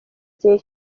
gihe